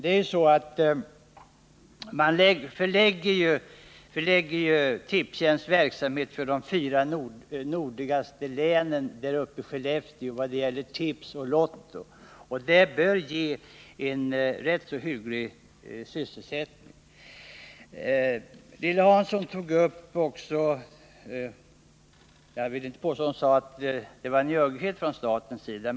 Det är också så att den här förläggningen av Tipstjänsts verksamhet vad gäller tips och Lotto i de fyra nordligaste länen till Skellefteå bör ge en hygglig sysselsättning. Även om Lilly Hansson inte klart sade det, så fick man intrycket att hon tyckte att regeringen i det här sammanhanget visat njugghet.